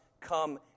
come